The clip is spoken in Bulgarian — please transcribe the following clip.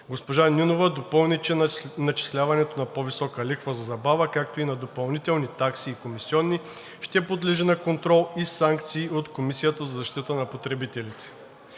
Госпожа Нинова допълни, че начисляването на по-висока лихва за забава, както и на допълнителни такси и комисиони ще подлежи на контрол и санкции от Комисията за защита на потребителите.